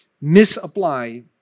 misapply